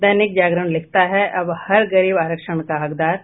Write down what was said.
दैनिक जागरण लिखता है अब हर गरीब आरक्षण का हकदार